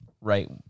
right